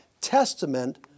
testament